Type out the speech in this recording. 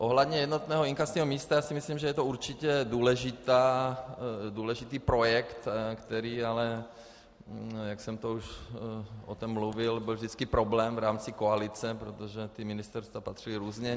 Ohledně jednotného inkasního místa si myslím, že je to určitě důležitý projekt, který ale, jak jsem o tom už mluvil, byl vždycky problém v rámci koalice, protože ta ministerstva patřila různě.